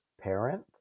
parent